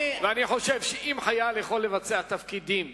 אני חושב שאם חייל יכול לבצע תפקידים